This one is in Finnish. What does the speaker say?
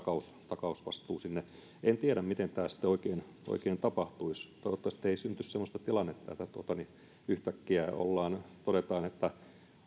takausvastuu sinne en tiedä miten tämä sitten oikein tapahtuisi toivottavasti ei syntyisi semmoista tilannetta että yhtäkkiä todetaan että